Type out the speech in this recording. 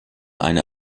eine